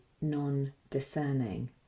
non-discerning